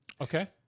Okay